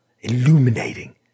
Illuminating